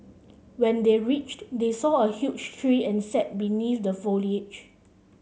when they reached they saw a huge tree and sat beneath the foliage